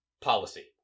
policy